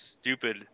stupid